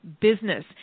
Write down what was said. business